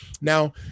now